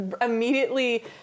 immediately